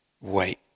wait